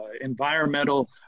environmental